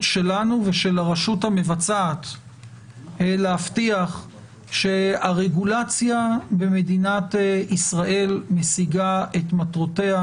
שלנו ושל הרשות המבצעת להבטיח שהרגולציה במדינת ישראל משיגה את מטרותיה